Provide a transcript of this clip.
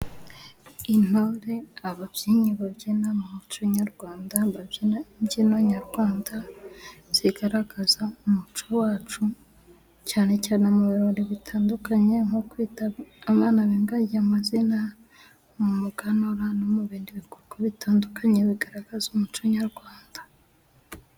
Intore ababyinnyi babyina mu muco nyarwanda babyina imbyino nyarwanda zigaragaza umuco wacu, cyane cyane mu birori bitandukanye nko kwita abana b'ingage amazina, mu muganura no mu bindi bikorwa bitandukanye, bigaragaza umuco nyarwanda.